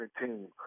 team